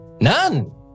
None